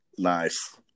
Nice